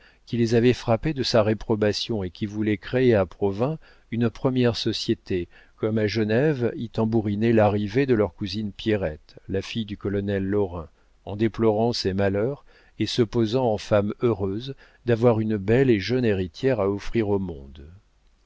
qui les avait frappés de sa réprobation et qui voulait créer à provins une première société comme à genève y tambouriner l'arrivée de leur cousine pierrette la fille du colonel lorrain en déplorant ses malheurs et se posant en femme heureuse d'avoir une belle et jeune héritière à offrir au monde